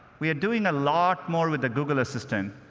we are doing a lot more with the google assistant.